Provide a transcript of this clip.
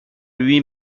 lui